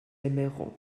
aimerons